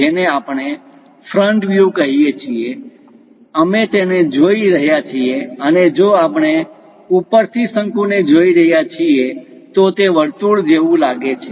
જેને આપણે front view front view સામેનો વ્યુ કહીએ છીએ અમે તેને જોઈ રહ્યા છીએ અને જો આપણે ઉપરથી શંકુ ને જોઈ રહ્યા છીએ તો તે વર્તુળ જેવું લાગે છે